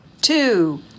two